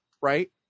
right